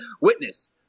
Witness